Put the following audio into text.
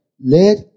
Let